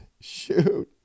Shoot